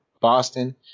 Boston